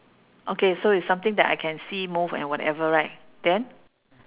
okay so is something that I can see move or whatever right then